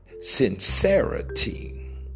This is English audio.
sincerity